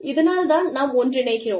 இதனால் தான் நாம் ஒன்றிணைகிறோம்